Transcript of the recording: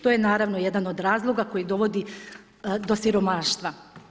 To je naravno jedan od razloga koji dovodi do siromaštva.